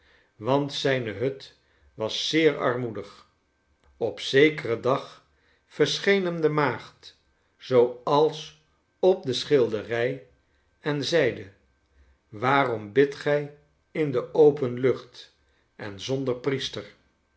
want zijne hut was zeer armoedig op zekeren dag verscheen hem de maagd zooals op de schilderij en zeide waarom bidt gij in de open lucht en zonder priester